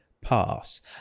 pass